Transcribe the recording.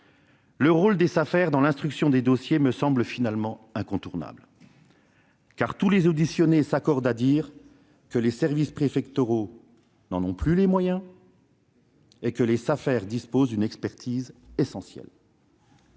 le rôle des Safer dans l'instruction des dossiers me semble finalement incontournable. Tous les auditionnés s'accordent à dire, en effet, que les services préfectoraux n'ont plus les moyens d'instruire seuls et que les Safer disposent d'une expertise essentielle.